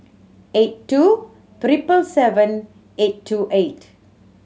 eight two treble seven eight two eight